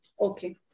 Okay